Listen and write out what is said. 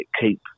keep